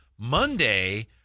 Monday